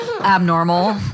abnormal